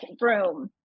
room